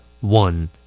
One